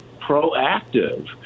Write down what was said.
proactive